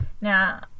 Now